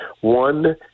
One